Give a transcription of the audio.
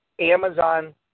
Amazon